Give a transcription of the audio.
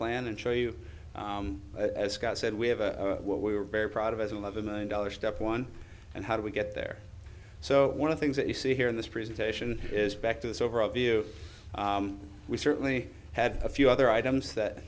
plan and show you as scott said we have a what we are very proud of as an eleven million dollars step one and how do we get there so one of things that you see here in this presentation is back to this overall view we certainly had a few other items that